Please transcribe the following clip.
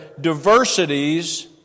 diversities